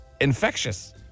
infectious